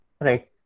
Right